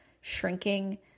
shrinking